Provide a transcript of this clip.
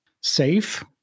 Safe